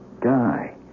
die